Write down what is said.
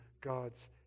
God's